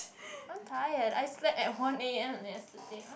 I'm tired I slept at one a_m yesterday